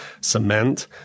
cement